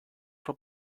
for